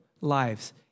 lives